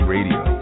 Radio